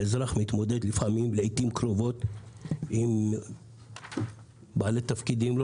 האזרח מתמודד לעתים קרובות עם בעלי תפקידים שאני לא